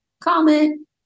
comment